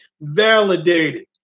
validated